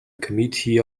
committee